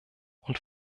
und